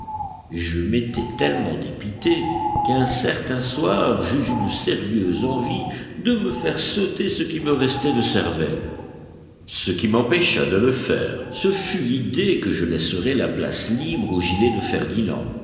je m'étais tellement dépité qu'un certain soir j'eus une sérieuse envie de me faire sauter ce qui me restait de cervelle ce qui m'empêcha de le faire ce fut l'idée que je laisserais la place libre au gilet de ferdinand